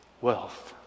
wealth